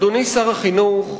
אדוני שר החינוך,